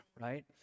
Right